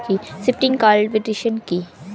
Shifting cultivation কি?